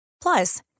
Plus